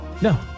no